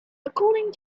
according